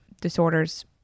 disorders